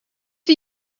for